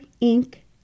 ink